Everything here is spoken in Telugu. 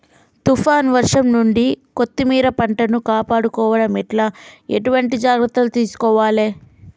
తుఫాన్ వర్షం నుండి కొత్తిమీర పంటను కాపాడుకోవడం ఎట్ల ఎటువంటి జాగ్రత్తలు తీసుకోవాలే?